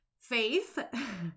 Faith